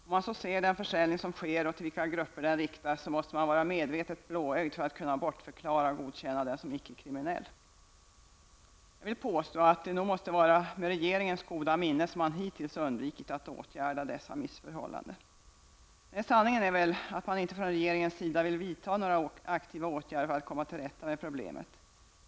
Om man ser på den försäljning som sker och till vilka grupper den riktas, måste man vara medvetet blåögd för att kunna bortförklara och godkänna denna försäljning som icke kriminell. Jag vill nog påstå att det är med regeringens goda minne som man hittills undvikit att åtgärda detta missförhållande. Nej, sanningen är väl att man från regeringens sida inte vill vidta några aktiva åtgärder för att komma till rätta med problemet.